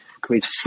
create